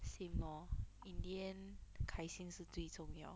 same lor in the end 开心是最重要